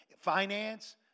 Finance